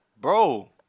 Bro